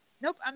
nope